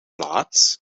plaats